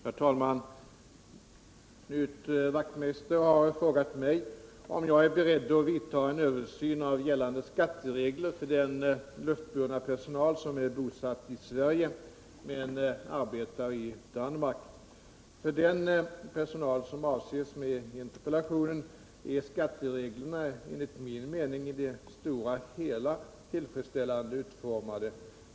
Herr talman! Knut Wachtmeister har frågat mig om jag är beredd att vidta en översyn av gällande skatteregler för den luftburna personal som är bosatt i Sverige men arbetar i Danmark. För den personal som avses med interpellationen är skattereglerna, enligt min mening, i det stora hela tillfredsställande utformade.